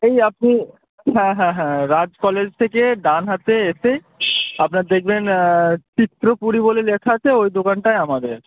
এই আপনি হ্যাঁ হ্যাঁ হ্যাঁ রাজ কলেজ থেকে ডান হাতে এসে আপনার দেখবেন চিত্রপুরী বলে লেখা আছে ওই দোকানটাই আমাদের